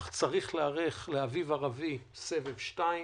אך צריך להיערך לאביב ערבי סבב שני.